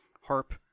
Harp